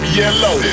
yellow